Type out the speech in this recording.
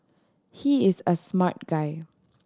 he is a smart guy